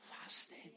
fasting